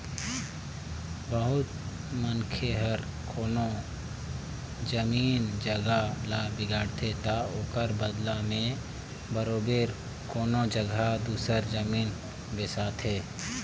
बहुत मनखे हर कोनो जमीन जगहा ल बिगाड़थे ता ओकर बलदा में बरोबेर कोनो जगहा दूसर जमीन बेसाथे